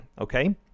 okay